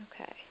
Okay